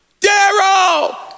Daryl